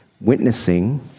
Witnessing